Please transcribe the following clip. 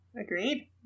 Agreed